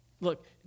Look